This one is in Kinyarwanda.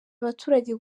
abaturage